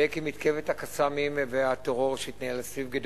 עקב מתקפת ה"קסאמים" והטרור שהתנהל סביב גדר